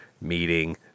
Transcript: meeting